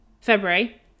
February